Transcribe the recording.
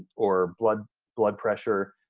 or blood blood pressure.